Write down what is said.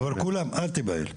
אל תיבהל.